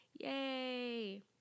Yay